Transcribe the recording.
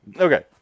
Okay